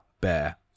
bear